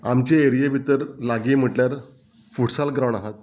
आमचे एरिये भितर लागीं म्हटल्यार फुटसाल ग्रावंड आहा